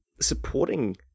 supporting